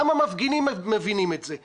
גם המפגינים מבינים את זה.